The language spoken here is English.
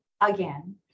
again